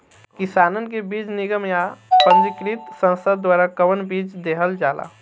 किसानन के बीज निगम या पंजीकृत संस्था द्वारा कवन बीज देहल जाला?